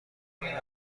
کمی